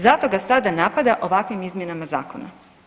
Zato ga sada napada ovakvim izmjenama zakona.